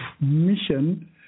mission